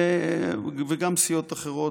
וגם סיעות אחרות,